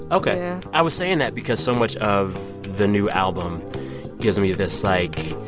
ok yeah i was saying that because so much of the new album gives me this, like,